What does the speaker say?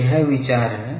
तो यह विचार है